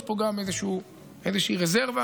יש פה גם איזושהי רזרבה,